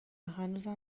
هنوزم